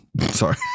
Sorry